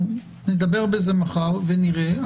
נדבר על זה מחר ונראה.